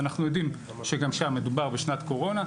ואנחנו יודעים שמדובר בשנת קורונה,